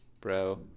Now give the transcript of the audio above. bro